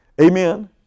Amen